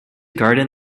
garden